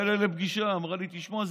באה אליי לפגישה ואמרה לי: תשמע,